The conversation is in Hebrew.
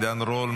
עידן רול,